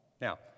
Now